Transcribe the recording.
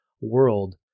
world